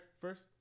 first